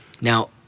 Now